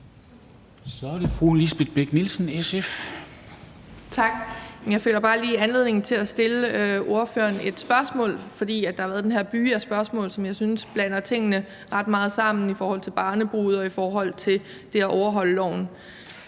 SF. Kl. 13:40 Lisbeth Bech-Nielsen (SF): Tak. Jeg føler bare lige anledning til at stille ordføreren et spørgsmål, for der har været den her byge af spørgsmål, som jeg synes blander tingene ret meget sammen, om barnebrude og om det at overholde loven.